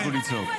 תרד מהדוכן.